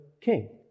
king